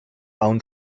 own